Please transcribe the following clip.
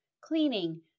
Cleaning